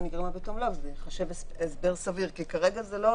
הייתה התייחסות להסבר סביר.